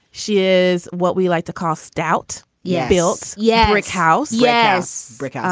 she is. what we like to call stout. yeah. built. yeah. brick house. yes, brick. ah